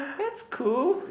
that's cool